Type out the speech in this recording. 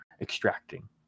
extracting